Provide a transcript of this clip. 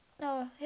No